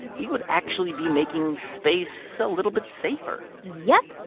we would actually be making space a little bit safer yep.